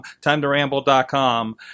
TimeToRamble.com